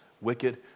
wicked